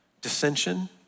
dissension